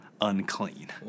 unclean